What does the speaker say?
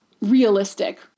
realistic